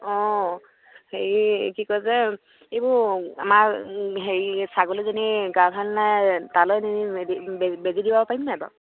অঁ হেৰি কি কয় যে এইবোৰ আমাৰ হেৰি ছাগলীজনী গা ভাল নাই তালৈ নি বেজী দিব পাৰিম নাই বাৰু